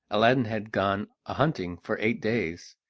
aladdin had gone a-hunting for eight days,